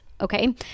okay